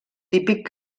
típic